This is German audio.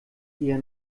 eher